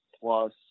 plus